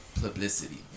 publicity